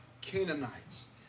Canaanites